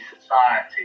society